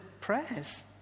prayers